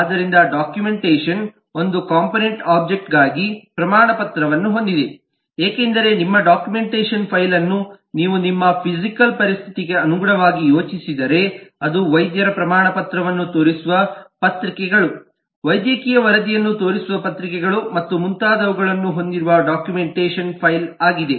ಆದ್ದರಿಂದ ಡಾಕ್ಯುಮೆಂಟೇಶನ್ ಒಂದು component object ಗಾಗಿ ಪ್ರಮಾಣಪತ್ರವನ್ನು ಹೊಂದಿದೆ ಏಕೆಂದರೆ ನಿಮ್ಮ ಡಾಕ್ಯುಮೆಂಟೇಶನ್ ಫೈಲ್ನನ್ನು ನೀವು ನಿಮ್ಮ ಫಿಸಿಕಲ್ ಪರಿಸ್ಥಿತಿಗೆ ಅನುಗುಣವಾಗಿ ಯೋಚಿಸಿದರೆ ಅದು ವೈದ್ಯರ ಪ್ರಮಾಣಪತ್ರವನ್ನು ತೋರಿಸುವ ಪತ್ರಿಕೆಗಳು ವೈದ್ಯಕೀಯ ವರದಿಯನ್ನು ತೋರಿಸುವ ಪತ್ರಿಕೆಗಳು ಮತ್ತು ಮುಂತಾದವುಗಳನ್ನು ಹೊಂದಿರುವ ಡಾಕ್ಯುಮೆಂಟೇಶನ್ ಫೈಲ್ ಆಗಿದೆ